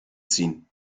ziehen